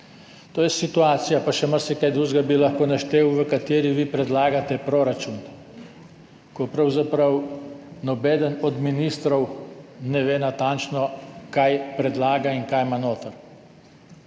To je situacija, pa še marsikaj drugega bi lahko naštel, v kateri vi predlagate proračun, ko pravzaprav nobeden od ministrov ne ve natančno, kaj predlaga in kaj ima noter.